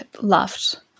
laughed